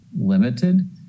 limited